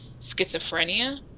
schizophrenia